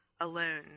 alone